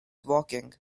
walking